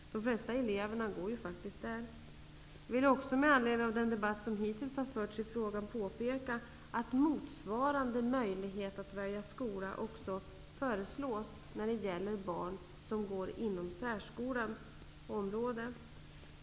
De flesta eleverna går ju faktiskt där. Med anledning av den hittills förda debatten vill jag påpeka att motsvarande möjlighet att välja skola också föreslås när det gäller barn på särskolans område.